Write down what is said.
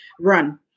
run